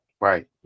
Right